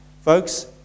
folks